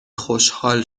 خوشحال